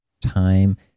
time